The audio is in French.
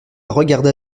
regarda